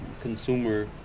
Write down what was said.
Consumer